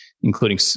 including